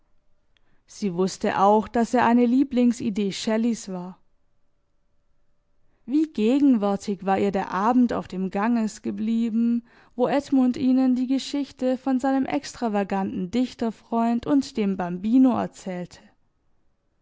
sie wußte auch daß er eine lieblingsidee shelleys war wie gegenwärtig war ihr der abend auf dem ganges geblieben wo edmund ihnen die geschichte von seinem extravaganten dichterfreund und dem bambino erzählte